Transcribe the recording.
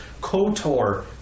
Kotor